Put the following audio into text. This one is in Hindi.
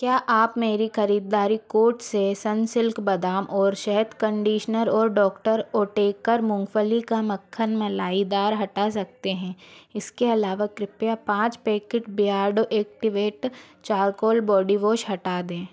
क्या आप मेरी खरीददारी कार्ट से सनसिल्क बादाम और शहद कंडिशनर और डॉक्टर ओटेकर मूंगफली का मक्खन मलाईदार हटा सकते हैं इसके अलावा कृपया पाँच packet Beardo activate charcoal body wash हटा दें